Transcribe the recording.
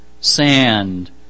sand